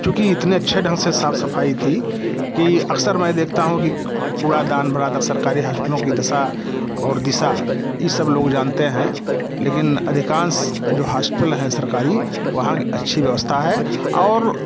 क्योंकि इतने अच्छे ढ़ंग से साफ सफाई थी कि अक्सर मैं देखता हूँ कि कूड़ादान भरा दफ्तर सरकारी हॉस्पिटलों की दशा और दिशा ये सब लोग जानते हैं कि लेकिन अधिकांश जो हॉस्पिटल हैं सरकारी वहाँ की अच्छी व्यवस्था है और